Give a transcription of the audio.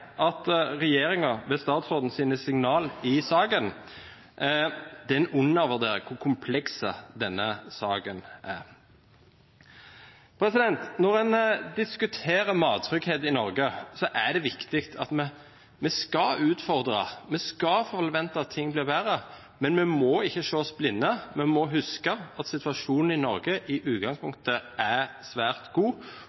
i saken undervurderer hvor kompleks denne saken er. Når en diskuterer mattrygghet i Norge, er det viktig at vi utfordrer – vi skal forvente at ting blir bedre. Men vi må ikke se oss blinde på dette. Vi må huske at situasjonen i Norge i utgangspunktet er svært god,